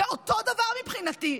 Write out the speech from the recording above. זה אותו דבר מבחינתי.